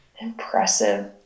Impressive